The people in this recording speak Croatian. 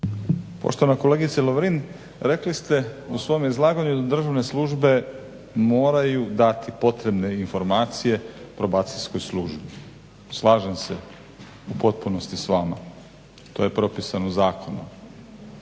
Poštovana kolegice Lovrin rekli ste u svome izlaganju da državne službe moraju dati potrebne informacije probacijskoj službi. Slažem se u potpunosti s vama. To je propisano zakonom.